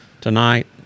tonight